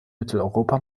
mitteleuropa